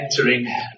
entering